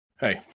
hey